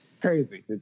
crazy